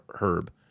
Herb